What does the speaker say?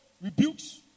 rebukes